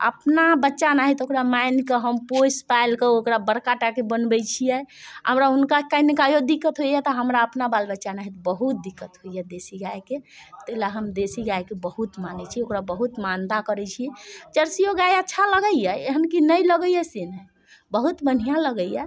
अपना बच्चा नाहैत ओकरा मानि कऽ हम पोसि पालि कऽ ओकरा बड़का टाके बनबैत छियै आ हमरा हुनका जे कनिकाओ जे दिक्कत होइए तऽ हमरा अपना बाल बच्चा नाहैत बहुत दिक्कत होइए देशी गायके ताहि लेल हम देशी गाएकेँ बहुत मानैत छियै ओकरा बहुत मान दान करैत छियै जर्सिओ गाए अच्छा लगैए एहन कि नहि लगैए से नहि बहुत बढ़िआँ लगैए